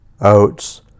oats